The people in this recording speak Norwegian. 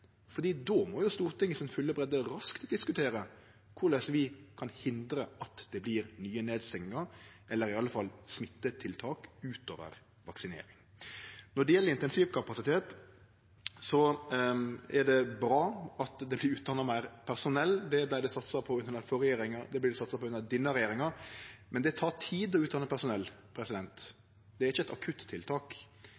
må Stortinget i si fulle breidde raskt diskutere korleis vi kan hindre at det blir nye nedstengingar, eller i alle fall smittetiltak, ut over vaksinering. Når det gjeld intensivkapasitet, er det bra at det blir utdanna meir personell. Det vart det satsa på under den førre regjeringa, og det blir det satsa på under denne regjeringa. Men det tek tid å utdanne personell,